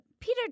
Peter